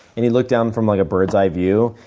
and you look down from like a bird's eye view,